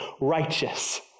righteous